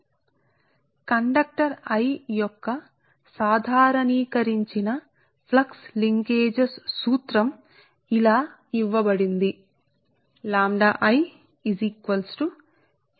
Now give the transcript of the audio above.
కాబట్టి conductor I యొక్క flux linkages కోసం సాధారణీకరించిన సూత్రం 1 చేత ఇవ్వబడుతుంది 1 ఈజ్ ఈక్వల్ టూ పెద్ద అక్షరం Li i Ii plus j ≠0 ji నుండి n వరకు సిగ్మా లోపల Mi j Ii అంటే 1 Li i Ii j ≠0 ji n Mi jIi ఇది సమీకరణం 45 సరే